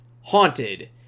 haunted